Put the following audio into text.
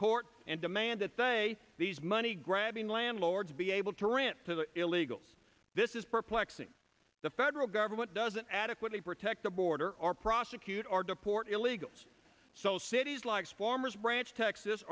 court and demand that they these money grabbing landlords be able to rent to the illegals this is perplexing the federal government doesn't adequately protect the border or prosecute or deport illegals so cities like formers branch texas